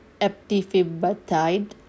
eptifibatide